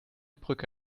brücke